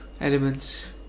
elements